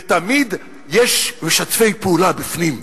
ותמיד יש משתפי פעולה בפנים.